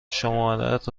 شمارهات